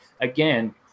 again